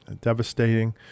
devastating